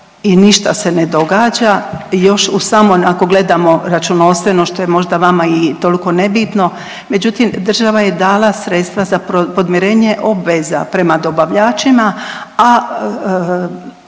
i ništa se ne događa još u samo ako gledamo računovodstveno, što je možda vama i toliko nebitno, međutim, država je dala sredstva za podmirenje obveza prema dobavljačima, a